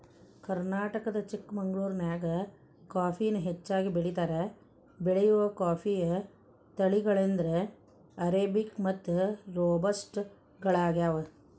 ಕರ್ನಾಟಕದ ಚಿಕ್ಕಮಗಳೂರಿನ್ಯಾಗ ಕಾಫಿನ ಹೆಚ್ಚಾಗಿ ಬೆಳೇತಾರ, ಬೆಳೆಯುವ ಕಾಫಿಯ ತಳಿಗಳೆಂದರೆ ಅರೇಬಿಕ್ ಮತ್ತು ರೋಬಸ್ಟ ಗಳಗ್ಯಾವ